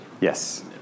Yes